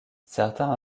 certains